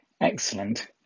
Excellent